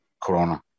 corona